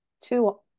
two